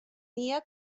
dia